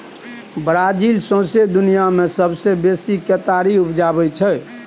Brazil सौंसे दुनियाँ मे सबसँ बेसी केतारी उपजाबै छै